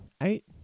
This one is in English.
Eight